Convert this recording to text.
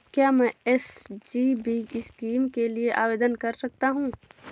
क्या मैं SGB scheme के लिए आवेदन कर सकता हूँ?